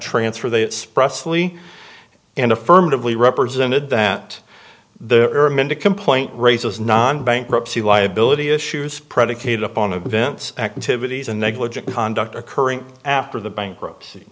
transfer they it's presley and affirmatively represented that there are men to complaint raises non bankruptcy liability issues predicated upon events activities and negligent conduct occurring after the bankruptcy